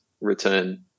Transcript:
return